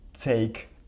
take